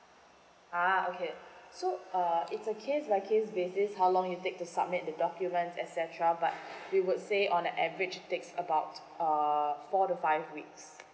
ah okay so uh it's a case by case basis how long you take to submit the documents et cetera but we would say on an average takes about uh four to five weeks